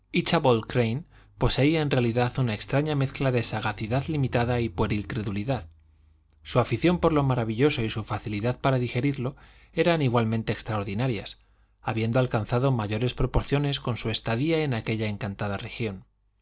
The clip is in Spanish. crane poseía en realidad una extraña mezcla de sagacidad limitada y pueril credulidad su afición por lo maravilloso y su facilidad para digerirlo eran igualmente extraordinarias habiendo alcanzado mayores proporciones con su estadía en aquella encantada región